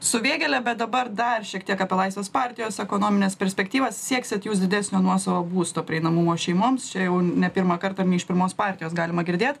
su vėgėle bet dabar dar šiek tiek apie laisvės partijos ekonomines perspektyvas sieksit jūs didesnio nuosavo būsto prieinamumo šeimoms čia jau ne pirmą kartą ir ne iš pirmos partijos galima girdėt